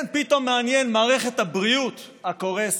כן, פתאום מעניין מערכת הבריאות הקורסת,